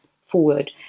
forward